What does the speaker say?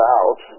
out